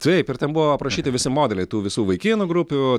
taip ir ten buvo aprašyti visi modeliai tų visų vaikinų grupių